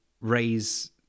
raise